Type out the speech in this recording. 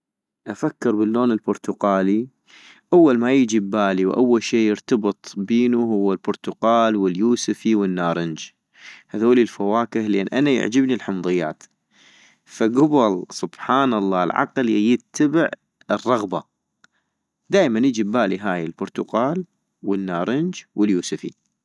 افكر باللون البرتقالي أول ما يجي ابالي وأول شي يرتبط بينو هو البرتقال واليوسفي والنارنج ، هذولي الفواكه، لان أنا يعجبني الحمضيات ، فكبل سبحانه الله العقل يتبع الرغبة - دائما يجي ابالي هاي البرتقال والنارنج واليوسفي